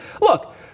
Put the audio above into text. look